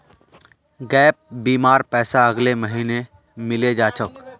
gap बीमार पैसा अगले महीने मिले जा तोक